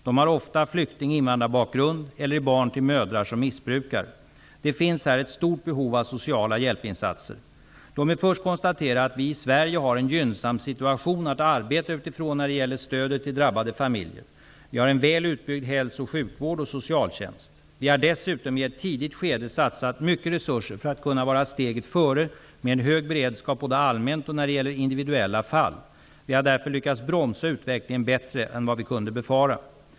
De har ofta flykting/invandrarbakgrund eller är barn till mödrar som missbrukar. Det finns här ett stort behov av sociala hjälpinsatser. Låt mig först konstatera att vi i Sverige har en gynnsam situation att arbeta utifrån när det gäller stödet till drabbade familjer. Vi har en välutbyggd hälso och sjukvård och socialtjänst. Vi har dessutom i ett tidigt skede satsat mycket resurser för att kunna vara steget före med en hög beredskap både allmänt och när det gäller individuella fall. Vi har därför lyckats bromsa utvecklingen bättre än vad vi kunde befara.